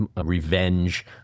revenge